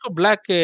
black